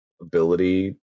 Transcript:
ability